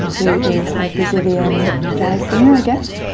who is a brazilian jazz singer i guess.